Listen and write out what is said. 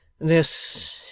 This